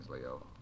Leo